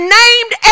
named